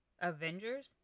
Avengers